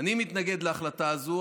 אני מתנגד להחלטה הזו,